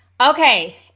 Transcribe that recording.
Okay